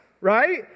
right